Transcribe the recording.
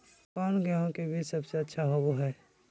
कौन गेंहू के बीज सबेसे अच्छा होबो हाय?